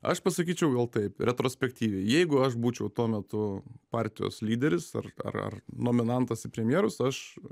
aš pasakyčiau gal taip retrospektyviai jeigu aš būčiau tuo metu partijos lyderis ar ar nominantas į premjerus aš